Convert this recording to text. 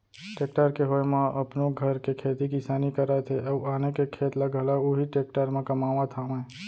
tractor के होय म अपनो घर के खेती किसानी करत हें अउ आने के खेत ल घलौ उही टेक्टर म कमावत हावयँ